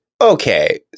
Okay